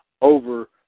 over